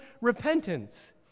repentance